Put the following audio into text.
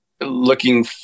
looking